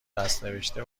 دستنوشته